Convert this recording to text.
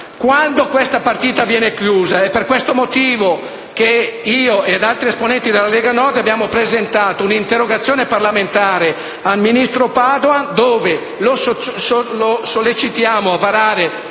chiusa questa partita? Per questo motivo io ed altri esponenti della Lega Nord abbiamo presentato un'interrogazione parlamentare al ministro Padoan con la quale lo sollecitiamo a varare